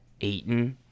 Aiton